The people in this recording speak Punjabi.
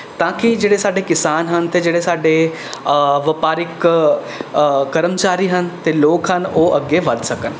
ਤਾਂ ਕਿ ਜਿਹੜੇ ਸਾਡੇ ਕਿਸਾਨ ਹਨ ਅਤੇ ਜਿਹੜੇ ਸਾਡੇ ਵਪਾਰਕ ਕਰਮਚਾਰੀ ਹਨ ਅਤੇ ਲੋਕ ਹਨ ਉਹ ਅੱਗੇ ਵੱਧ ਸਕਣ